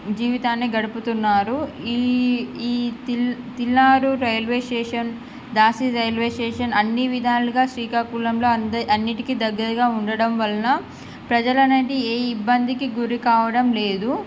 జీవితాన్ని గడుపుతున్నారు ఈ ఈ తిల్ తిల్నారు రైల్వే స్టేషన్ దాసీ రైల్వే స్టేషన్ అన్నీ విధాలుగా శ్రీకాకుళంలో అన్ని అన్నింటికీ దగ్గరగా ఉండడం వలన ప్రజలు అనేది ఏ ఇబ్బందికి గురి కావడం లేదు